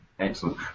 Excellent